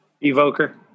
Evoker